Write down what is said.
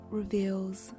reveals